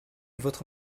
votre